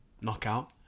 knockout